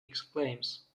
exclaims